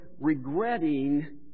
regretting